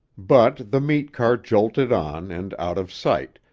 but the meat-cart jolted on and out of sight,